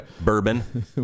Bourbon